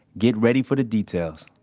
get ready for the details